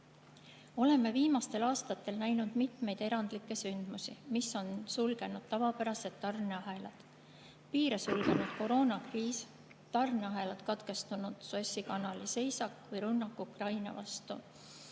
Oleme viimastel aastatel näinud mitmeid erandlikke sündmusi, mis on sulgenud tavapärased tarneahelad: piire sulgenud koroonakriis, tarneahelad katkestanud seisak Suessi kanalis ja rünnak Ukraina vastu,